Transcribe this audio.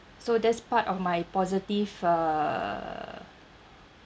so that's part of my positive uh